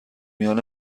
میان